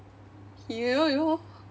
you know you know